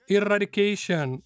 Eradication